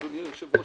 אדוני היושב-ראש,